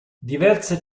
diverse